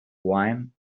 wine